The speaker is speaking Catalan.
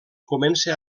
comença